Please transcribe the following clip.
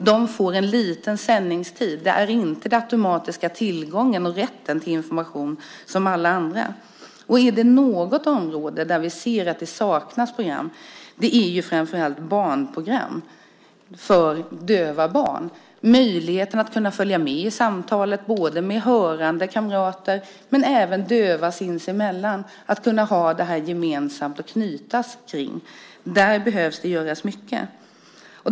De får en liten sändningstid. De har inte den automatiska tillgången och rätten till information som alla andra har. Om det är något område där vi ser att det saknas program så är det framför allt barnprogram för döva barn. Det handlar om möjligheten att följa med i samtalet både med hörande kamrater och med döva sinsemellan. Teckenspråket har man gemensamt, som något att knytas ihop kring. Där behövs det göras mycket.